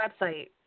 website